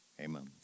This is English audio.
Amen